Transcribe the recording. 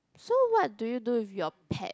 so what do you do with your pet